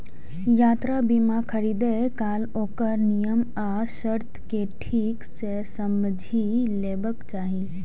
यात्रा बीमा खरीदै काल ओकर नियम आ शर्त कें ठीक सं समझि लेबाक चाही